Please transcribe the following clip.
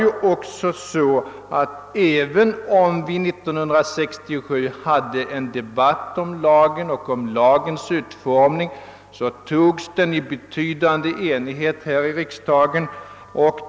Vi hade 1967 en debatt om lagens utformning, det är riktigt, men lagförslaget antogs i betydande enighet här i riksdagen.